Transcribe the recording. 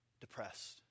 depressed